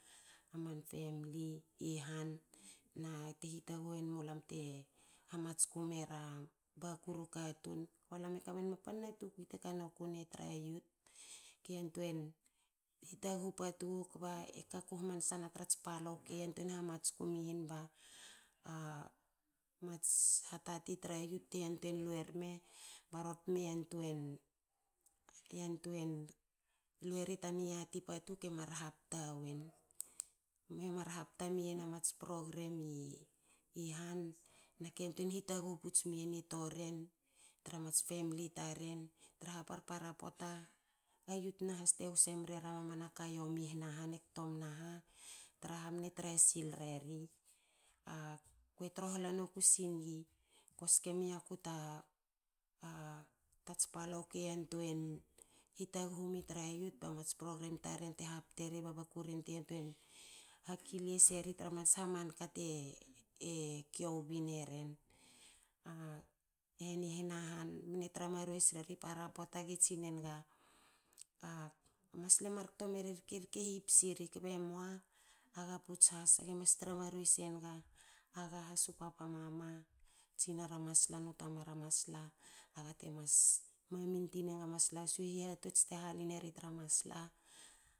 A man famli i han. na te hitaghu won mulam te hamatsku mera bakuru katun. Alam a kamen ma a pan na tukui te kanoku ne tra youth ke yantuei hitaghu patu wa kba kagu hamansa na trats palou ke yantuei hamats kui mien ba a mats hatati tra yut te yantuei lue rme ba ror teme yantuei yantuei lue ri ta niati patu ke mar hapta wen. me mar hapte meren a mats program i han na yantuei hitaghu puts mi yen a toren tra mats famli taren traha parpara pota a yut nahas te hse meru parpa ra ka yomi ihna han. E kto mna ha? Tra ha mne tra sil reri. Akue trolha noku singi ko ske mi ya ku ta ta tats palou ke yantuei hi taghu mi tra yut bats program taren te hapteri ba baku en te yantuei haklia seri tra man sha man kate kiou bin eren a heni hna han mne tra maruei seri para pota ge tsinega a masla. mar kto, weri rke hipsi ri kbemua. aga puts has age mne tra maruei senga aga has u papa mama. tsinara masla nu tamara maslabaga temas mamin ti nenga masla shu hihatots te halineri tra masla